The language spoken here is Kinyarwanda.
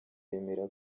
yemera